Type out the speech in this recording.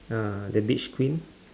uh the beach queen